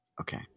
Okay